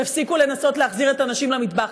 תפסיקו לנסות להחזיר את הנשים למטבח,